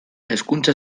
hezkuntza